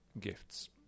Gifts